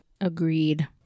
Agreed